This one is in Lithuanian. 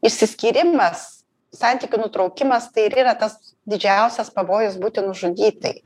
išsiskyrimas santykių nutraukimas tai ir yra tas didžiausias pavojus būti nužudytai